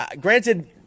granted